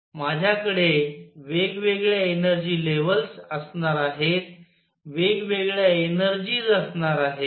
माझ्याकडे वेगवेगळ्या energy levels असणार आहेत वेगवेगळ्या एनर्जीज असणार आहेत